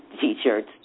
T-shirts